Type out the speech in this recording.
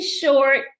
short